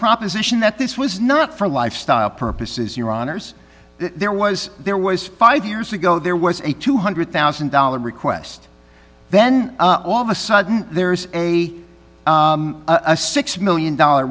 proposition that this was not for lifestyle purposes your honour's there was there was five years ago there was a two hundred thousand dollars request then all of a sudden there's a a six million dollar